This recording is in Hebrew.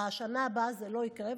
בשנה הבאה זה לא יקרה.